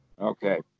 Okay